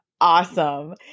awesome